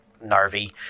Narvi